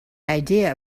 idea